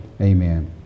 Amen